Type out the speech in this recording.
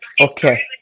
Okay